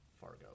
Fargo